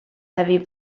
heavy